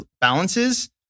balances